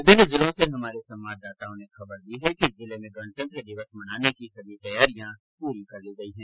विभिन्न जिलों से हमारे संवाददाताओं ने खबर दी है कि जिले में गणतंत्र दिवस मनाने की सभी तैयारिया पूरी कर ली गई है